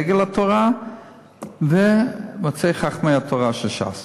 דגל התורה ומועצת חכמי התורה של ש"ס.